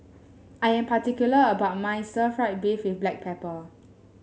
I am particular about my Stir Fried Beef with Black Pepper